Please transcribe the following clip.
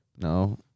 No